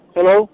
Hello